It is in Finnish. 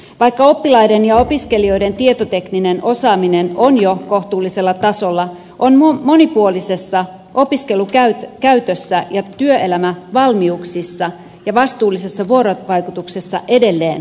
vaikka oppilaiden ja opiskelijoiden tietotekninen osaaminen on jo kohtuullisella tasolla on monipuolisessa opiskelukäytössä ja työelämävalmiuksissa ja vastuullisessa vuorovaikutuksessa edelleen kehitettävää